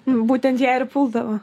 būtent ją ir puldavo